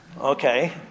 okay